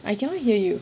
I cannot hear you